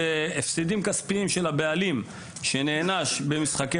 בהפסדים כספיים של הבעלים שנענש במשחקי